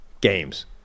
games